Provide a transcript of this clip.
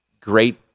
great